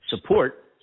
support